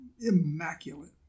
immaculate